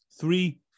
Three